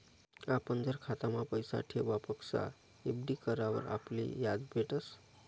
आपण जर खातामा पैसा ठेवापक्सा एफ.डी करावर आपले याज भेटस